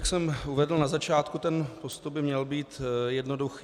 Jak jsem uvedl na začátku, postup by měl být jednoduchý.